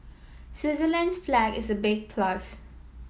Switzerland's flag is a big plus